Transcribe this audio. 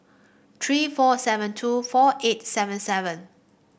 three four seven two four eight seven seven